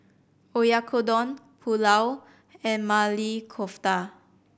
Oyakodon Pulao and Maili Kofta